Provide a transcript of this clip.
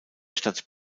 stadt